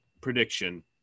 prediction